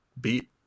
beat